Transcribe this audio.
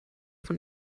von